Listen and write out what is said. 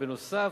בנוסף,